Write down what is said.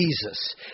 Jesus